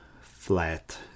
flat